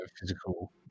physical